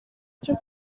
cyo